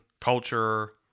culture